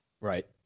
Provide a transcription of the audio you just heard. Right